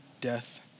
death